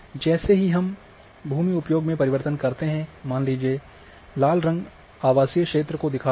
जैसे ही हम भूमि उपयोग में परिवर्तन करते है मान लीजिये लाल रंग आवासीय क्षेत्र को दिखा रहा है